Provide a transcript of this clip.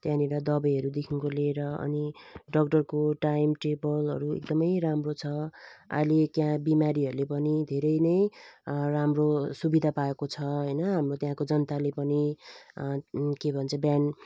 त्यहाँनेर दबाईहरूदेखिको लिएर अनि डाक्टरको टाइम टेबलहरू एकदमै राम्रो छ अहिले त्यहाँ बिमारीहरूले पनि धेरै नै राम्रो सुविधा पाएको छ होइन हाम्रो त्यहाँको जनताले पनि के भन्छ बिहान